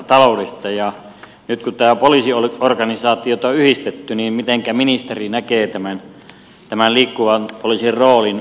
nyt kun tätä poliisiorganisaatiota on yhdistetty mitenkä ministeri näkee tämän liikkuvan poliisin roolin